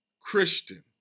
Christian